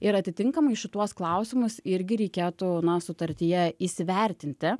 ir atitinkamai šituos klausimus irgi reikėtų na sutartyje įsivertinti